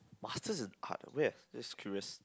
masters in art where just curious